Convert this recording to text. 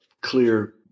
clear